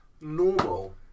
normal